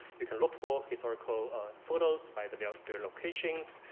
you can look for historical photos by but ah their locations,